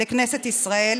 לכנסת ישראל.